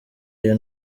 iyo